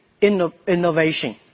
innovation